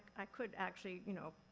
i could actually, you know,